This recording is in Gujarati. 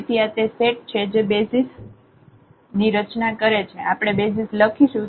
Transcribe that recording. તેથી આ તે સેટ છે જે બેસિઝ ની રચના કરે છે આપણે બેસિઝ લખીશું